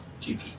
GP